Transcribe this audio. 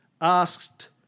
asked